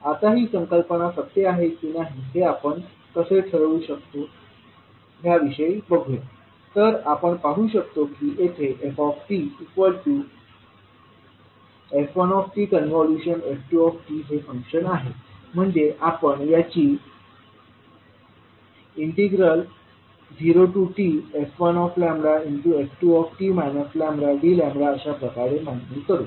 आता ही संकल्पना सत्य आहे की नाही हे आपण कसे ठरवू शकतो ह्याविषयी बघूया तर आपण पाहू शकतो की येथे ftf1tf2t हे फंक्शन आहे म्हणजे आपण याची 0tf1f2t λdλ अशाप्रकारे मांडणी करू